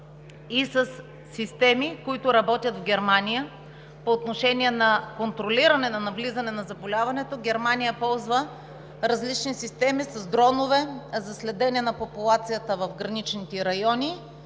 и със системи, които работят в Германия. По отношение на контролиране на навлизане на заболяването Германия ползва различни системи с дронове за следене на популацията в граничните райони.